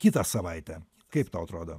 kitą savaitę kaip tau atrodo